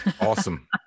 Awesome